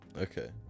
Okay